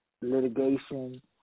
litigation